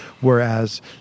Whereas